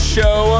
Show